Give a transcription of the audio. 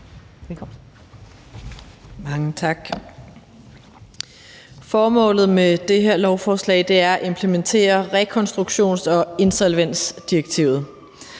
Mange tak. Formålet med det her lovforslag er at implementere rekonstruktions- og insolvensdirektivet.